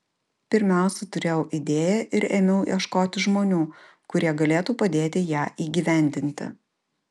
pirmiausia turėjau idėją ir ėmiau ieškoti žmonių kurie galėtų padėti ją įgyvendinti